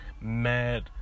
mad